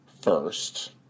first